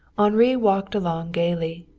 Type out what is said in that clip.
henri walked along gayly.